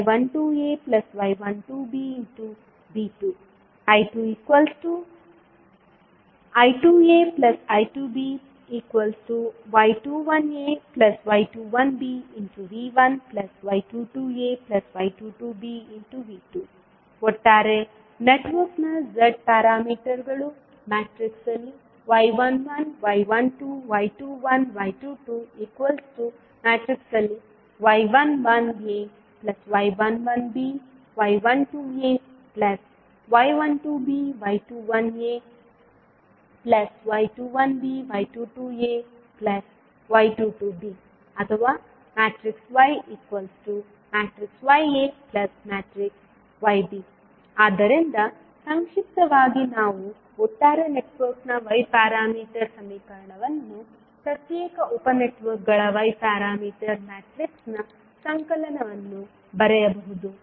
ನಾವು I1I1aI1by11ay11bV1y12ay12bV2 I2I2aI2by21ay21bV1y22ay22bV2 ಒಟ್ಟಾರೆ ನೆಟ್ವರ್ಕ್ನ ಝೆಡ್ ನಿಯತಾಂಕಗಳು y11 y12 y21 y22 y11ay11b y12ay12b y21ay21b y22ay22b ಅಥವಾ yyayb ಆದ್ದರಿಂದ ಸಂಕ್ಷಿಪ್ತವಾಗಿ ನಾವು ಒಟ್ಟಾರೆ ನೆಟ್ವರ್ಕ್ನ y ಪ್ಯಾರಾಮೀಟರ್ ಸಮೀಕರಣವನ್ನು ಪ್ರತ್ಯೇಕ ಉಪ ನೆಟ್ವರ್ಕ್ಗಳ y ಪ್ಯಾರಾಮೀಟರ್ ಮ್ಯಾಟ್ರಿಕ್ಸ್ನ ಸಂಕಲನವನ್ನು ಬರೆಯಬಹುದು